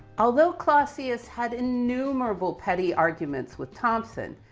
although clausius had innumerable petty arguments with thomson,